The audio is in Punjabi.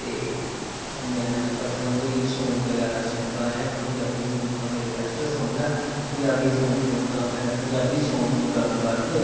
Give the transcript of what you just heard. ਅਤੇ ਮੈਂ ਬਚਪਨ ਤੋਂ ਹੀ ਸੋਂਗ ਵਗੈਰਾ ਸੁਣਦਾ ਆਇਆਂ ਪੰਜਾਬੀ ਸੋਂਗ ਤਾਂ ਮੇਰੇ ਵੈਸਟ ਸੋਂਗ ਹੈ ਪੰਜਾਬੀ ਸੋਂਗ ਨੂੰ ਗ ਪੰਜਾਬੀ ਸੋਂਗ ਨੂੰ ਗਾਉਣ ਵਾਸਤੇ